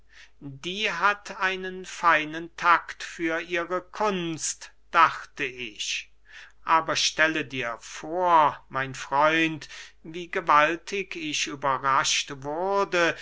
die hat einen feinen takt für ihre kunst dachte ich aber stelle dir vor mein freund wie gewaltig ich überrascht wurde